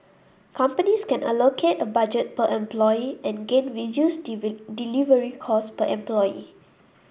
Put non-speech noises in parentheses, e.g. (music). companies can allocate a budget per employee and gain reduced (unintelligible) delivery cost per employee